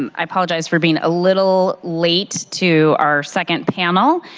um i apologize for being a little late to our second panel.